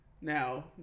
Now